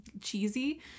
cheesy